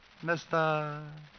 Mr